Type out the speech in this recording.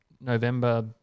November